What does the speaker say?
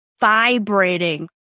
vibrating